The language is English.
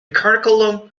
curriculum